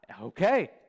Okay